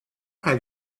have